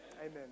Amen